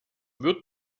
wird